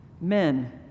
Men